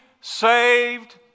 saved